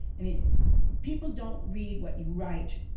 i mean people don't read what you write.